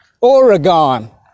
Oregon